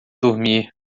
dormir